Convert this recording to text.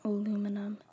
Aluminum